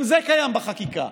גם זה קיים בחקיקה,